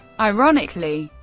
ironically,